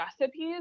recipes